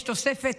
יש תוספת,